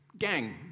Gang